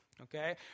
okay